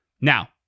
Now